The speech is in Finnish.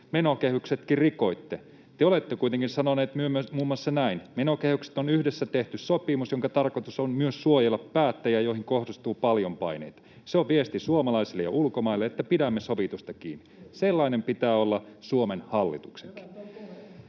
menokehyksetkin rikoitte. Te olette kuitenkin sanonut muun muassa näin: ”Menokehykset on yhdessä tehty sopimus, jonka tarkoitus on myös suojella päättäjiä, joihin kohdistuu paljon paineita. Se on viesti suomalaisille ja ulkomaille, että pidämme sovitusta kiinni. Sellainen pitää olla Suomen hallituksenkin.”